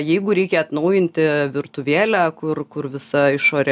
jeigu reikia atnaujinti virtuvėlę kur kur visa išorė